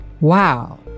Wow